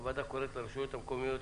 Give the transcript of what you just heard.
הוועדה קוראת לרשויות המקומיות,